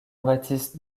baptiste